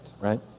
right